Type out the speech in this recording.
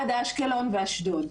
עד אשקלון ואשדוד.